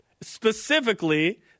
Specifically